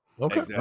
Okay